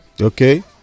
Okay